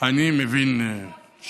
אני מסבירה לחבר הכנסת אמסלם,